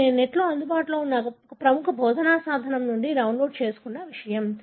ఇది నేను నెట్లో అందుబాటులో ఉన్న ఒక ప్రముఖ బోధనా సాధనం నుండి డౌన్లోడ్ చేసుకున్న విషయం